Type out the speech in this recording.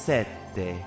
Sette